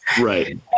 right